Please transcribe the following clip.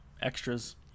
extras